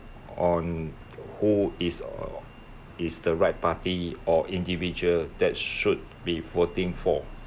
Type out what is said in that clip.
on who is or is the right party or individual that should be voting for